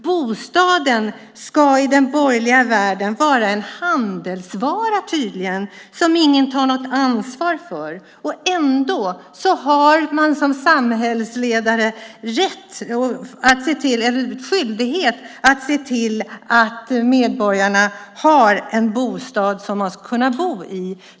Bostaden ska i den borgerliga världen tydligen vara en handelsvara som ingen tar något ansvar för. Ändå har man som samhällsledare skyldighet att se till att medborgarna har en bostad som de ska kunna bo i.